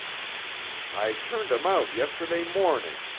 i turned em out yesterday morning,